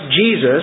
Jesus